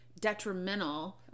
detrimental